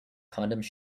condoms